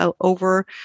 over